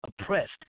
oppressed